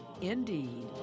indeed